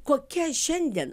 kokia šiandien